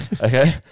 Okay